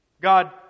God